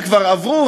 וכבר עברו,